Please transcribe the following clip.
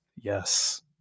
Yes